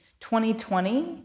2020